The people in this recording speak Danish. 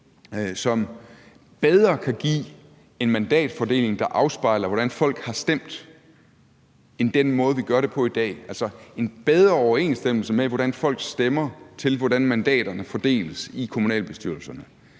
som bedre kan give en mandatfordeling, der afspejler, hvordan folk har stemt, end den måde, vi gør det på i dag – altså, en bedre overensstemmelse mellem, hvordan folk stemmer, og hvordan mandaterne fordeles i kommunalbestyrelserne?